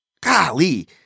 golly